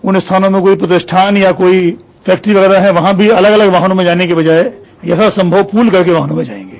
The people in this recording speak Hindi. उन स्थानों में कोई प्रतिष्ठान या कोई फैक्ट्री वगैरह है वहां भी अलग अलग वाहनों में जाने के बजाया यथा संशव प्रल करके वाहनों में जायेंगे